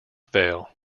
veil